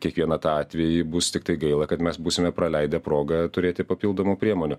kiekvieną tą atvejį bus tiktai gaila kad mes būsime praleidę progą turėti papildomų priemonių